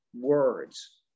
words